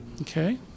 Okay